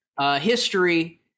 history